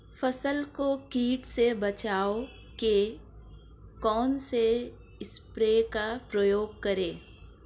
फसल को कीट से बचाव के कौनसे स्प्रे का प्रयोग करें?